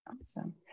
Awesome